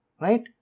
right